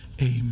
amen